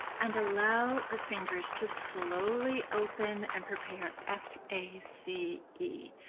and allow the fingers to slowly open and prepare f a c e.